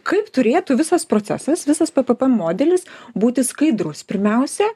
kaip turėtų visas procesas visas ppp modelis būti skaidrus pirmiausia